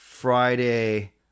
Friday